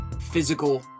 physical